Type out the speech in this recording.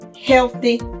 healthy